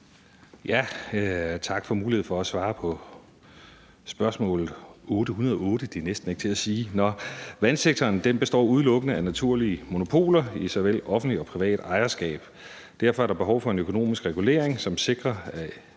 Tak for muligheden for at svare på spørgsmål nr. S 808. Vandsektoren består udelukkende af naturlige monopoler i såvel offentligt som privat ejerskab. Derfor er der behov for en økonomisk regulering, som sikrer,